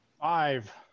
Five